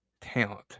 talent